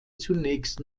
zunächst